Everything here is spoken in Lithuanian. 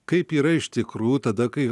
kaip yra iš tikrųjų tada kai